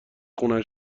خونه